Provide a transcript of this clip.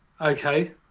Okay